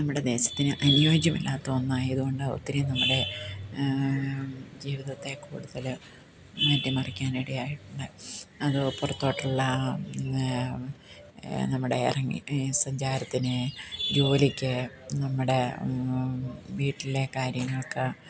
നമ്മുടെ ദേശത്തിന് അനുയോജ്യമല്ലാത്ത ഒന്നായതുകൊണ്ട് ഒത്തിരി നമ്മുടെ ജീവിതത്തെ കൂടുതല് മാറ്റി മറിക്കാനിടയായിട്ടുണ്ട് അത് പുറത്തോട്ടുള്ള നമ്മുടെ ഇറങ്ങി സഞ്ചാരത്തിന് ജോലിക്ക് നമ്മുടെ വീട്ടിലെ കാര്യങ്ങൾക്ക്